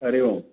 Hari Om